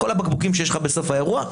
כל הבקבוקים שיש לך בסוף האירוע,